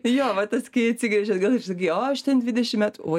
jo va tas kai atsigręži atgal ir sakai o aš ten dvidešimt metų oi